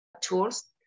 tools